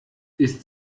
ist